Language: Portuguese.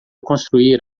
construir